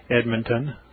Edmonton